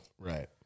Right